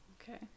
Okay